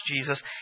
Jesus